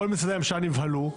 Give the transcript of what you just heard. כל משרדי הממשלה נבהלו.